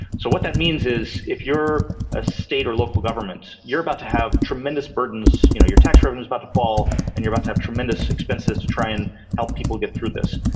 so what that means is if you're a state or local government, you're about to have tremendous burdens. you know, your tax revenues about to fall and you're about to have tremendous expenses to try and help people get through this.